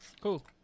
Cool